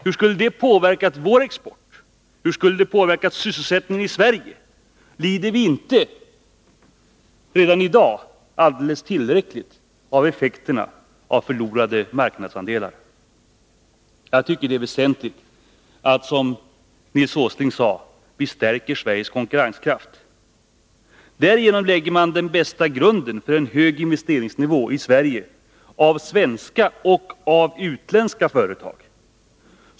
Hur skulle det ha påverkat vår export? Och hur skulle det ha påverkat sysselsättningen i Sverige? Lider vi inte redan i dag alldeles tillräckligt av effekterna av förlorade marknadsandelar? Jag tycker det är väsentligt att vi, som Nils Åsling sade, stärker Sveriges konkurrenskraft. Därigenom lägger man den bästa grunden för en hög investeringsnivå i Sverige när det gäller svenska företag och när det gäller utländska företag.